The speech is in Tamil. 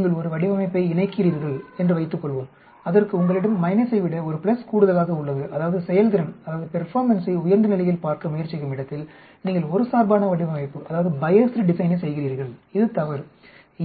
நீங்கள் ஒரு வடிவமைப்பை இணைக்கிறீர்கள் என்று வைத்துக்கொள்வோம் அங்கு உங்களிடம் மைனசை விட ஒரு பிளஸ் கூடுதலாக உள்ளது அதாவது செயல்திறனை உயர்ந்த நிலையில் பார்க்க முயற்சிக்கும் இடத்தில் நீங்கள் ஒருசார்பான வடிவமைப்பைச் செய்கிறீர்கள் இது தவறு